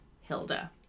Hilda